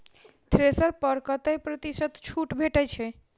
Thresher पर कतै प्रतिशत छूट भेटय छै?